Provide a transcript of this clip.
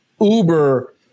Uber